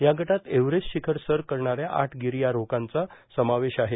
या गटात एव्हरेस्ट शिखर सर करणाऱ्या आठ गिर्यारोहकांचा समावेश आहे